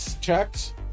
checks